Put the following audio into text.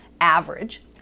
average